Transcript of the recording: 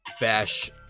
bash